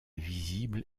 visible